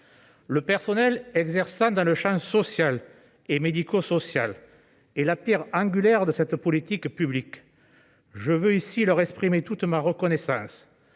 Le personnel exerçant dans le champ social et médico-social est la pierre angulaire de cette politique publique. Je tiens ici à leur exprimer toute ma reconnaissance.